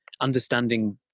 understanding